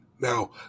Now